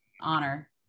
honor